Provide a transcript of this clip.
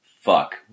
Fuck